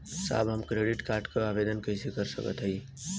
साहब हम credit card क आवेदन कइसे कर सकत हई?